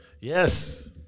yes